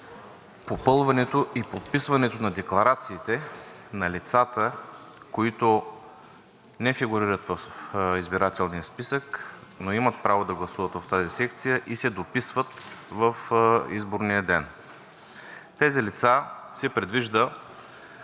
попълването и подписването на декларациите на лицата, които не фигурират в избирателния списък, но имат право да гласуват в тази секция и се дописват в изборния ден. Тези лица се предвижда